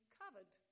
covered